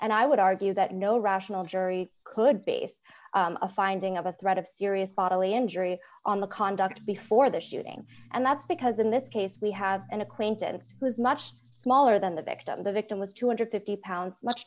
and i would argue that no rational jury could base a finding of a threat of serious bodily injury on the conduct before the shooting and that's because in this case we have an acquaintance who is much smaller than the victim the victim was two hundred and fifty pounds much